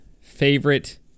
favorite